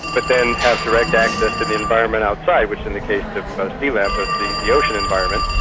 but then have direct access to the environment outside, which in the case of sealab was the the ocean environment.